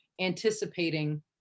anticipating